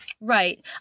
Right